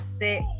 set